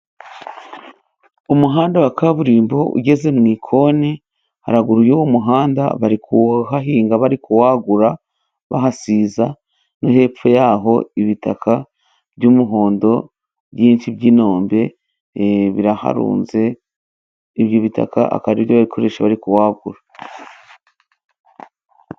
Umuhanda wa kaburimbo ugeze mu ikoni， haruguru y'uwo muhanda bari kuhahinga，bari kuwugura，bahasiza， no hepfo y’aho，ibitaka by'umuhondo byinshi by'inombe biraharunze，ibyo bitaka akaba aribyo bari gukoresha， bari kuwagura.